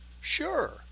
Sure